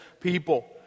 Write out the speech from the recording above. people